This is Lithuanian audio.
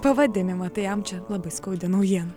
pavadinimą tai jam čia labai skaudi naujiena